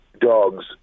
dogs